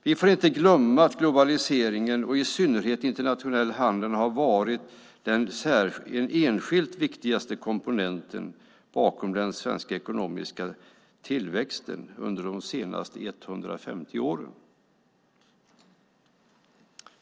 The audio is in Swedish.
Vi får inte glömma att globaliseringen, och i synnerhet internationell handel, har varit den enskilt viktigaste komponenten bakom den svenska ekonomiska tillväxten under de senaste 150 åren.